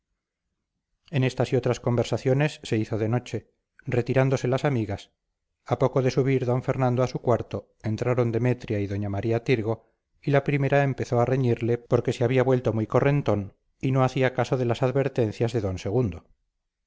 en estas y otras conversaciones se hizo de noche retiráronse las amigas a poco de subir d fernando a su cuarto entraron demetria y doña maría tirgo y la primera empezó a reñirle porque se había vuelto muy correntón y no hacía caso de las advertencias de d segundo